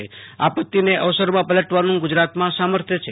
ઓપતિને અવસરમાં પલટાવવાનું ગુજરાતમાં સામર્થ્ય છે